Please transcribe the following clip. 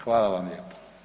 Hvala vam lijepo